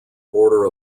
border